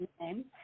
name